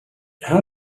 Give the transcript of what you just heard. how